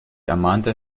ermahnte